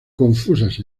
confusas